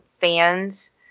fans